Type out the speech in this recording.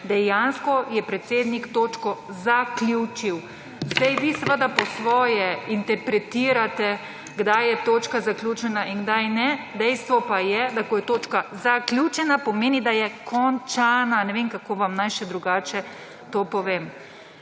Dejansko je predsednik točko zaključil. Zdaj vi seveda po svoje interpretirate, kdaj je točka zaključena in kdaj ne, dejstvo pa je, da ko je točka zaključena, pomeni, da je končana. Ne vem, kako vam naj še drugače to povem.